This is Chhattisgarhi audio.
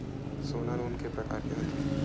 सोना लोन के प्रकार के होथे?